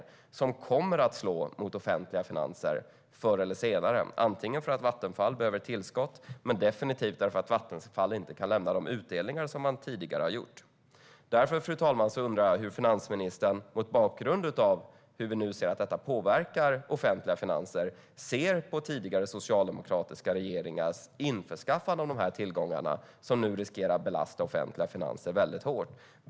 Förr eller senare kommer detta att slå mot de offentliga finanserna därför att Vattenfall behöver tillskott men definitivt också därför att Vattenfall inte kan lämna de utdelningar som man tidigare har gjort. Fru talman! Mot bakgrund av hur vi nu ser att detta påverkar de offentliga finanserna undrar jag hur finansministern ser på tidigare socialdemokratiska regeringars införskaffande av dessa tillgångar, som nu riskerar att belasta de offentliga finanserna väldigt hårt.